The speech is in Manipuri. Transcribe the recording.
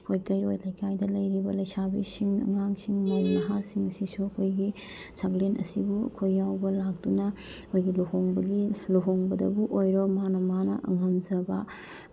ꯑꯩꯈꯣꯏ ꯀꯩꯔꯣꯜ ꯂꯩꯀꯥꯏꯗ ꯂꯩꯔꯤꯕ ꯂꯩꯁꯥꯕꯤꯁꯤꯡ ꯑꯉꯥꯡꯁꯤꯡ ꯃꯧ ꯅꯍꯥꯁꯤꯡꯁꯤꯁꯨ ꯑꯩꯈꯣꯏꯒꯤ ꯆꯥꯛꯂꯦꯟ ꯑꯁꯤꯕꯨ ꯑꯩꯈꯣꯏ ꯌꯥꯎꯕ ꯂꯥꯛꯇꯨꯅ ꯑꯩꯈꯣꯏꯒꯤ ꯂꯨꯍꯣꯡꯕꯒꯤ ꯂꯨꯍꯣꯡꯕꯗꯕꯨ ꯑꯣꯏꯔꯣ ꯃꯥꯅ ꯃꯥꯅ ꯉꯝꯖꯕ